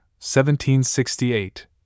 1768